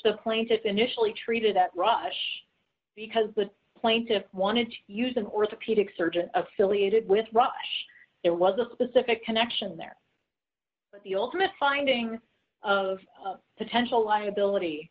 the plaintiffs initially treated that rush because the plaintiffs wanted to use an orthopedic surgeon affiliated with rush there was a specific connection there but the ultimate finding of potential liability